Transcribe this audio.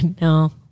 No